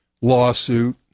lawsuit